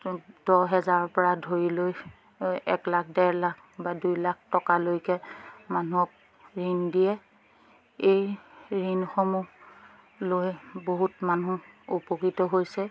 দহ হেজাৰৰপৰা ধৰি লৈ এক লাখ ডেৰ লাখ বা দুই লাখ টকালৈকে মানুহক ঋণ দিয়ে এই ঋণসমূহ লৈ বহুত মানুহ উপকৃত হৈছে